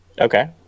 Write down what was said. Okay